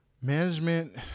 Management